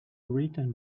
written